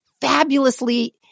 fabulously